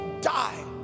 die